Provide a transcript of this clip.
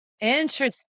Interesting